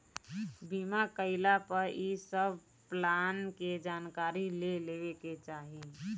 बीमा कईला पअ इ सब प्लान के जानकारी ले लेवे के चाही